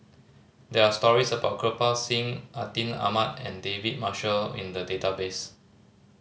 there are stories about Kirpal Singh Atin Amat and David Marshall in the database